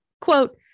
quote